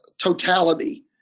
totality